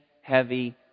heavy